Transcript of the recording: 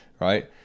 right